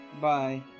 Bye